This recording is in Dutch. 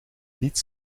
niet